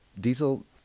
diesel